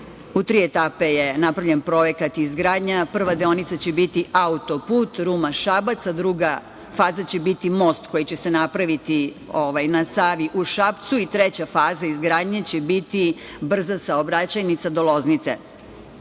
U tri etape je napravljen projekat izgradnje. Prva deonica će biti autoput Ruma-Šabac, a druga faza će biti most koji će se napraviti na Savi u Šapcu. Treća faza izgradnje će biti brza saobraćajnica do Loznice.